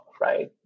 right